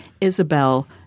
Isabel